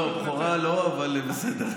לא, בכורה לא, אבל בסדר.